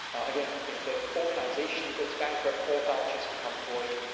again, if the organization goes bankrupt, all vouchers become void.